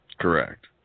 Correct